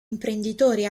imprenditori